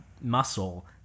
muscle